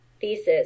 thesis